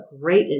great